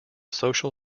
social